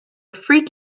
freak